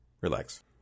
Relax